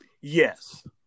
yes